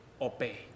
obey